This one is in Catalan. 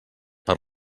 per